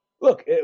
look